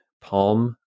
palm